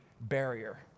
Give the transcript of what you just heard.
barrier